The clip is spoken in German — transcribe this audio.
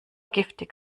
giftig